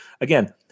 again